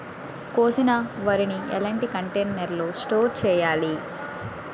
కోసిన వరిని ఎలాంటి కంటైనర్ లో స్టోర్ చెయ్యాలి?